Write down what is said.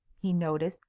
he noticed,